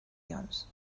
jones